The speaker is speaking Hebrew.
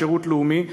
בשירות לאומי,